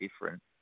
different